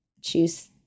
choose